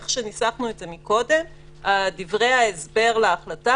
איך שניסחנו את זה מקודם: "דברי ההסבר להחלטה